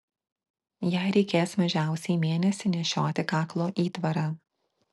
jai reikės mažiausiai mėnesį nešioti kaklo įtvarą